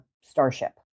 starship